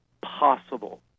possible